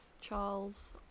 charles